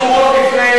נא לסכם.